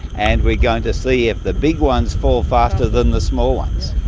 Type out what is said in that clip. and we're going to see if the big ones fall faster than the small ones.